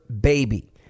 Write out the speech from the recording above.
baby